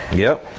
yep.